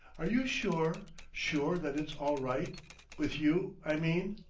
are you sure sure that it's all right with you, i mean?